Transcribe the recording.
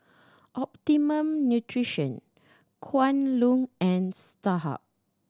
Optimum Nutrition Kwan Loong and Starhub